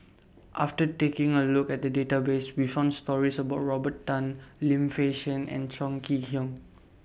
after taking A Look At The Database We found stories about Robert Tan Lim Fei Shen and Chong Kee Hiong